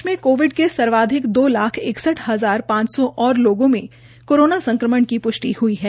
देश में कोविड के सर्वाधिक दो लाख इकसठ हजार पांच और लोगों में कोरोना संक्रमण की पुष्टि हुई है